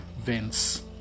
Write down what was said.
Vince